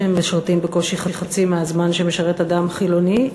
שהם משרתים בקושי חצי מהזמן שמשרת אדם חילוני,